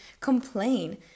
complain